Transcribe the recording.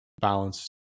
balance